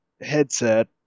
headset